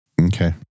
Okay